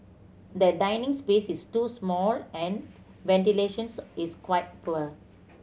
the dining space is too small and ventilation is quite poor